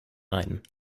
ein